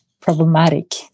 problematic